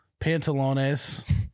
pantalones